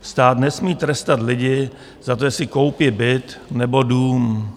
Stát nesmí trestat lidi za to, si koupí byt nebo dům.